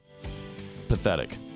Pathetic